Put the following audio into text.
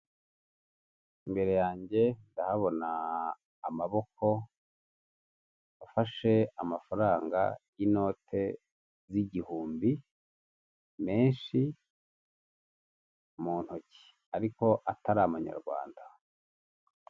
Imbere yanjye ndahabona amaboko afashe amafaranga y'inote z'igihumbi, menshi mu ntoki, ariko atari amanyarwanda.